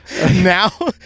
Now